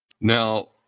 Now